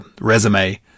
resume